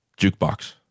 Jukebox